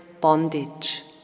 bondage